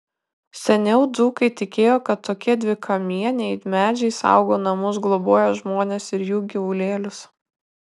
seniau dzūkai tikėjo kad tokie dvikamieniai medžiai saugo namus globoja žmones ir jų gyvulėlius